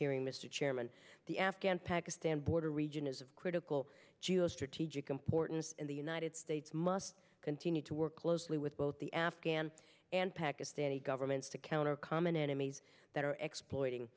hearing mr chairman the afghan pakistan border region is of critical geo strategic importance in the united states must continue to work closely with both the afghan and pakistani governments to counter common enemies that are exploiting